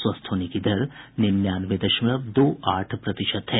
स्वस्थ होने की दर निन्यानवे दशमलव दो आठ प्रतिशत है